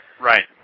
Right